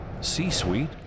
C-Suite